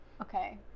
okay